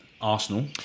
Arsenal